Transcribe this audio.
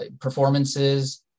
performances